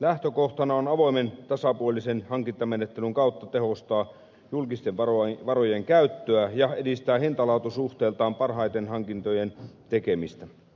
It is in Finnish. lähtökohtana on avoimen tasapuolisen hankintamenettelyn kautta tehostaa julkisten varojen käyttöä ja edistää hintalaatu suhteeltaan parhaiden hankintojen tekemistä